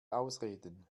ausreden